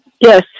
Yes